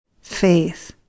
faith